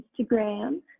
instagram